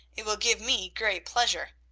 it will give me great pleasure.